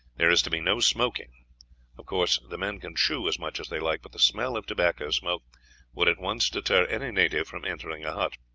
there is to be no smoking of course the men can chew as much as they like but the smell of tobacco smoke would at once deter any native from entering a hut.